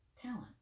talent